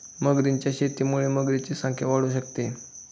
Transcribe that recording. मगरींच्या शेतीमुळे मगरींची संख्या वाढू शकते